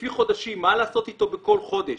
לפי חודשים, מה לעשות איתו בכל חודש.